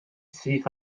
syth